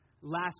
last